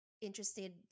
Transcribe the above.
interested